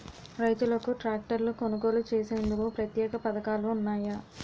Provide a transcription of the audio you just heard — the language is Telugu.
రైతులకు ట్రాక్టర్లు కొనుగోలు చేసేందుకు ప్రత్యేక పథకాలు ఉన్నాయా?